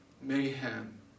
mayhem